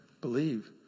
believe